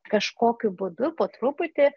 kažkokiu būdu po truputį